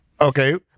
Okay